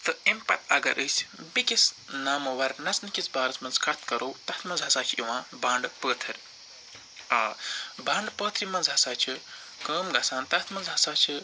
تہٕ اَمہِ پتہٕ اگر أسۍ بیٚیِس نامور نژنٕکِس بارس منٛز کَتھ کَرو تتھ منٛز ہَسا چھُ یِوان بانٛڈٕ پٲتھٕر آ بانٛڈٕ پٲتھرِ منٛز ہَسا چھِ کٲم گَژھان تتھ منٛز ہَسا چھِ